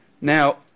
Now